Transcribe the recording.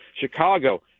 Chicago